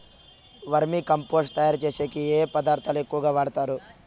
వర్మి compost తయారుచేసేకి ఏ పదార్థాలు ఎక్కువగా వాడుతారు